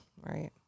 right